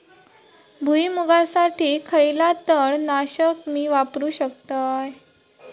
भुईमुगासाठी खयला तण नाशक मी वापरू शकतय?